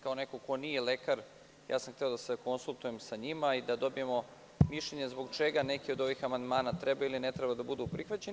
Kao neko ko nije lekar, hteo sam da se konsultujem sa njima i da dobijemo mišljenje zbog čega neki od ovih amandmana treba ili ne treba da budu prihvaćeni.